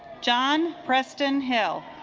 john preston hill